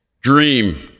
dream